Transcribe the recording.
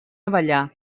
abellar